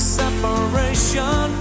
separation